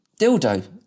Dildo